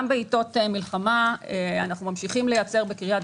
גם בעיתות מלחמה אנחנו ממשיכים לייצר בקריית